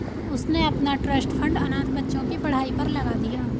उसने अपना trust fund अनाथ बच्चों की पढ़ाई पर लगा दिया